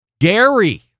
Gary